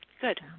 Good